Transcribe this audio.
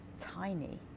tiny